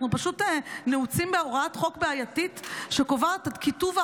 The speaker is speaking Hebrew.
אנחנו פשוט נעוצים בהוראת חוק בעייתית שקובעת את הכיתוב האחיד.